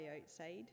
outside